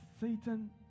Satan